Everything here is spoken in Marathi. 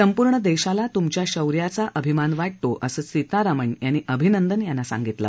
संपूर्ण देशाला तुमच्या शौर्याचा अभिमान वाटतो असं सीतारामन यांनी अभिनंदन यांना सांगितलं